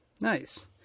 Nice